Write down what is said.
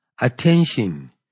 attention